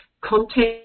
content